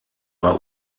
war